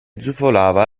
zufolava